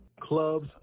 Clubs